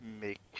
make